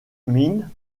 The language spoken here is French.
min